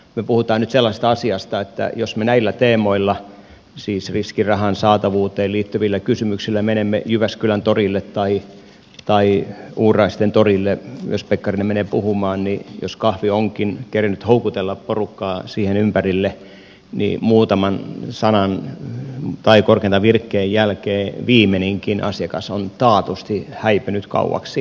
me puhumme nyt sellaisesta asiasta että jos me näillä teemoilla siis riskirahan saatavuuteen liittyvillä kysymyksillä menemme jyväskylän torille tai jos uuraisten torille pekkarinen menee puhumaan niin jos kahvi onkin kerinnyt houkutella porukkaa siihen ympärille niin muutaman sanan tai korkeintaan virkkeen jälkeen viimeinenkin asiakas on taatusti häipynyt kauaksi